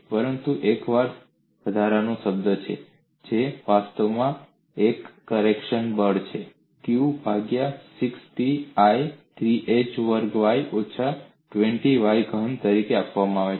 પરંતુ એક વધારાનો શબ્દ છે જે વાસ્તવમાં એક કરેક્શન પરિબળ છે જે q ભાગ્યા 60I 3h વર્ગ y ઓછા 20y ઘન તરીકે આપવામાં આવે છે